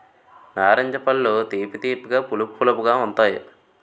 నారింజ పళ్ళు తీపి తీపిగా పులుపు పులుపుగా ఉంతాయి